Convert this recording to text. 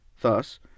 Thus